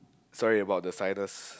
sorry about the sinus